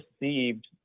received –